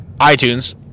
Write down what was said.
iTunes